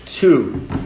two